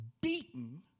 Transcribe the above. beaten